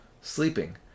sleeping